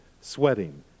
sweating